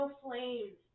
flames